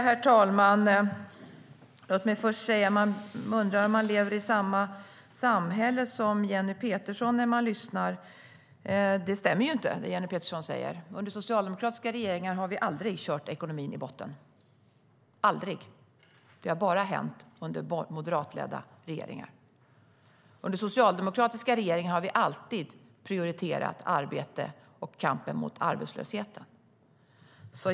Herr talman! Låt mig först säga att man när man lyssnar på Jenny Petersson undrar om man lever i samma samhälle som hon. Det Jenny Petersson säger stämmer ju inte. Under socialdemokratiska regeringar har vi aldrig kört ekonomin i botten - aldrig. Det har bara hänt under moderatledda regeringar. Under socialdemokratiska regeringar har vi alltid prioriterat arbete och kampen mot arbetslösheten.